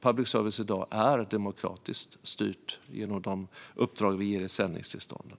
Public service är i dag demokratiskt styrt genom de uppdrag som vi ger i sändningstillstånden.